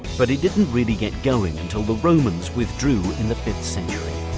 but it didn't really get going until the romans withdrew in the fifth century.